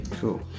Cool